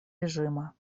режима